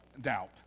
doubt